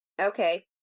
Okay